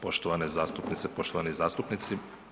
Poštovane zastupnice, poštovani zastupnici.